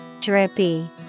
Drippy